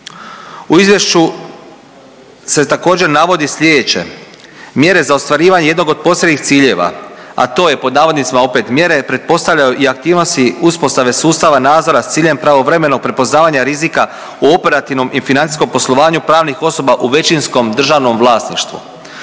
U izvješću se također navodi slijedeće, mjere za ostvarivanje jednog od posebnih ciljeva, a to je pod navodnicima opet mjere pretpostavljaju i aktivnosti uspostave sustava nadzora s ciljem pravovremenog prepoznavanja rizika u operativnom i financijskom poslovanju pravnih osoba u većinskom državnom vlasništvu.